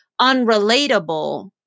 unrelatable